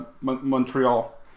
Montreal